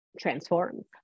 transforms